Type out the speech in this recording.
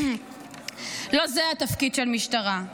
לא זה התפקיד של משטרה.